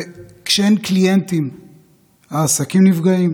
העסקים הקטנים,